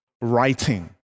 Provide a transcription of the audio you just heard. writing